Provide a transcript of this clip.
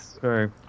Sorry